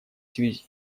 связи